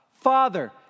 Father